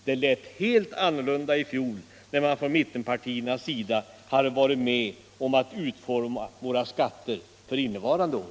Det lät helt annorlunda i fjol, när mittenpartierna hade varit med om att utforma våra skatter för innevarande år.